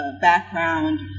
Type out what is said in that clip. background